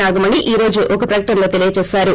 నాగమణి ఈరోజు ఒక ప్రకటనలో తెలిపారు